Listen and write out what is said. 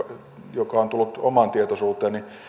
joka on tullut omaan tietoisuuteeni